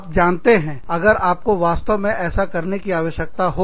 आप जानते हैं अगर आपको वास्तव में ऐसा करने की आवश्यकता हो